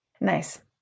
Nice